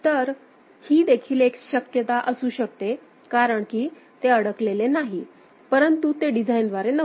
तर ही देखील एक शक्यता असू शकते कारण की ते अडकलेले नाही परंतु ते डिझाइनद्वारे नव्हते